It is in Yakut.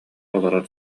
олорор